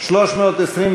322